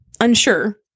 unsure